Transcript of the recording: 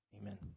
amen